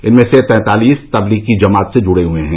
इनमें से तैंतालीस तबलीगी जमात से जुड़े हैं